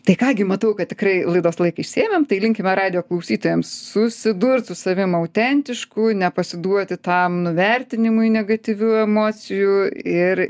tai ką gi matau kad tikrai laidos laiką išsėmėm tai linkime radijo klausytojam susidurt su savim autentišku nepasiduoti tam nuvertinimui negatyvių emocijų ir